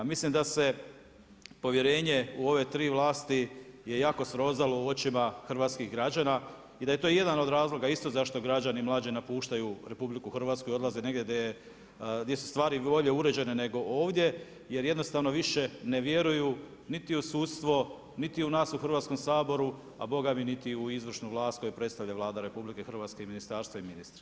Mislim da se povjerenje u ove tri vlasti jako srozalo u očima hrvatskih građana, i da je to jedna od razloga isto zašto građani mlađi napuštaju RH i odlaze negdje gdje su stvari bolje uređene nego ovdje jer jednostavno više ne vjeruju niti u sudstvo niti nas u Hrvatskom saboru, a bogami niti u izvršnu vlast koji predstavlja Vlada RH i ministarstva i ministri.